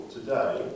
today